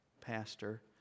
pastor